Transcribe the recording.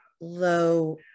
low